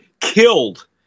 killed